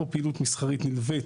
או פעילות מסחרית נלווית